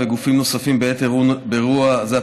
יואב קיש, בבקשה.